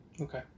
Okay